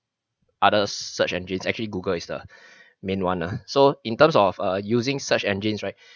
other search engines actually Google is the main [one] ah so in terms of err using search engines right